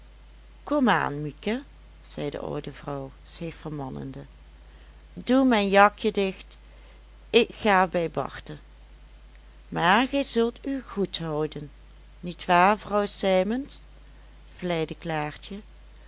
aan mieke zei de oude vrouw zich vermannende doe mijn jakje dicht ik ga bij barte maar gij zult u goed houden niet waar vrouw sijmens vleide klaartje